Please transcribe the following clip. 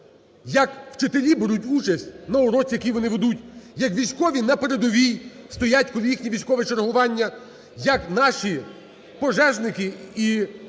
як вчителі беруть участь на уроці, який вони ведуть, як військові на передовій стоять, коли їхнє військове чергування, як наші пожежники і